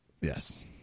Yes